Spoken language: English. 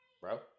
bro